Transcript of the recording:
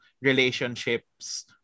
relationships